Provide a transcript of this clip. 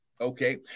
Okay